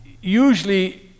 usually